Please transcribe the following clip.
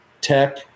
Tech